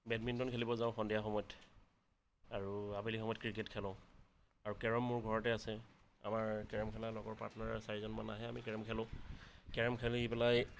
badminton খেলিব যাওঁ সন্ধিয়া সময়ত আৰু আবেলি সময়ত ক্ৰিকেট খেলো আৰু কেৰম মোৰ ঘৰতে আছে আমাৰ কেৰম খেলা লগৰ পাৰ্টনাৰ আছে চাৰিজন মান আহে আমি কেৰম খেলো কেৰম খেলি পেলাই